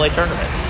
tournament